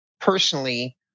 personally